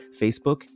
Facebook